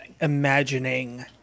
imagining